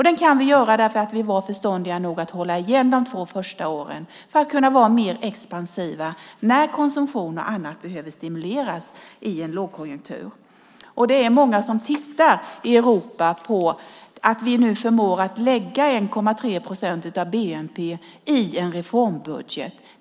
Den kan vi göra för att vi var förståndiga nog att hålla igen de två första åren för att kunna vara mer expansiva när konsumtion och annat behöver stimuleras i en lågkonjunktur. Det är många i Europa som tittar på att vi nu förmår lägga 1,3 procent av bnp i en reformbudget.